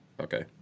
Okay